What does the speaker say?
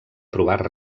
provar